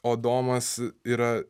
o domas yra